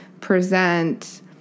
present